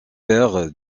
père